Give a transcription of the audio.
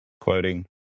Quoting